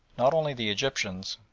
not only the egyptians,